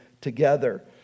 together